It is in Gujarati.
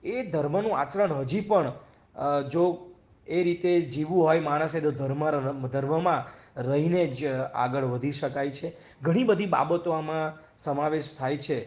એ ધર્મનું આચરણ હજી પણ જો એ રીતે જીવવું હોય માણસને તો ધર્મમાં રહીને જ આગળ વધી શકાય છે ઘણી બધી બાબતો આમાં સમાવેશ થાય છે